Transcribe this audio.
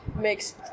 makes